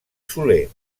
soler